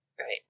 Right